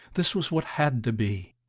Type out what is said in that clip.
this was what had to be,